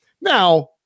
now